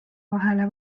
vahele